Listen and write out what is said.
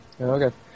Okay